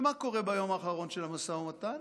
ומה קורה ביום האחרון של המשא ומתן?